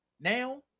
now